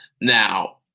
Now